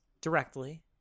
directly